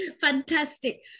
Fantastic